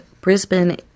Brisbane